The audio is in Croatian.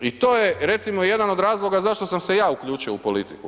I to je recimo jedan od razloga zašto sam se ja uključio u politiku.